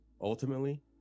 Ultimately